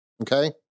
Okay